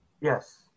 Yes